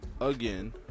again